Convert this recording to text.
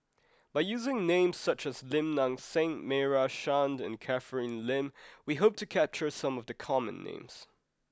by using names such as Lim Nang Seng Meira Chand and Catherine Lim we hope to capture some of the common names